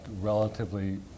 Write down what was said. relatively